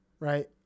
Right